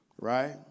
right